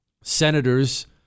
senators